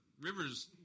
Rivers